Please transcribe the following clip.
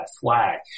flag